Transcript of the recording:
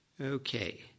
Okay